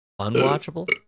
Unwatchable